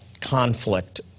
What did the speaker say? conflict